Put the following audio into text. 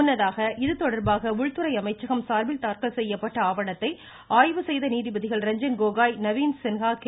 முன்னதாக இதுதொடர்பாக உள்துறை அமைச்சகம் சார்பில் தாக்கல் செய்யப்பட்ட ஆவணத்தை ஆய்வு செய்த நீதிபதிகள் ருங்சன் கோகோய் நவீன் சின்ஹா கே